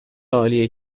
عالیه